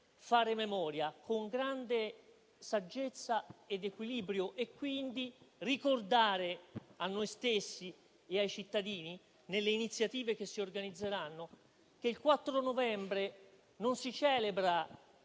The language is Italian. fare memoria con grande saggezza ed equilibrio e quindi ricordare a noi stessi e ai cittadini, nelle iniziative che si organizzeranno, che il 4 novembre non si celebra